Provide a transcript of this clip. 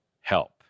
help